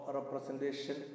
Representation